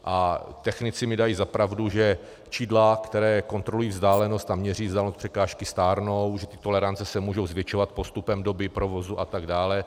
A technici mi dají za pravdu, že čidla, která kontrolují vzdálenost a měří vzdálenost překážky, stárnou, ty tolerance se můžou zvětšovat postupem doby, provozu atd.